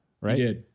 right